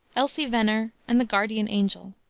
elsie venner and the guardian angel.